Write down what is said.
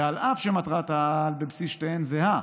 ואף שמטרת-העל בבסיס שתיהן זהה,